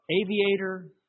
Aviator